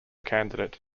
candidate